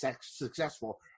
successful